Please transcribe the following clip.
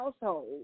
household